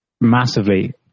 massively